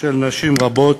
של נשים רבות,